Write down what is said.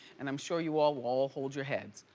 and i'm sure you all will all hold your heads.